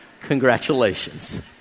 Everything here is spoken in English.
Congratulations